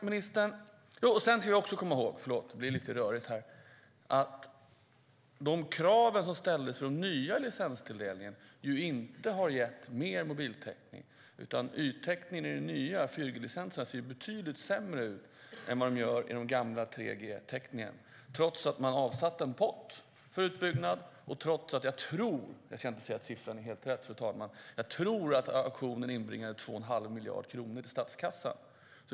Vi ska också komma ihåg att kraven som ställdes för den nya licenstilldelningen inte har gett mer mobiltäckning, utan yttäckningen i de nya 4G-licenserna ser betydligt sämre ut än med den gamla 3G-täckningen, trots att man avsatte en pott för utbyggnad och trots att auktionen inbringade, tror jag, 2 1⁄2 miljard kronor till statskassan.